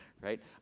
right